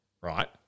right